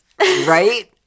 right